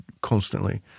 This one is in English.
constantly